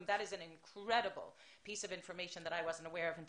מה שהיחידים האלה מייצגים וגם עוד מאות אנשים מסביב לעולם